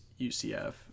UCF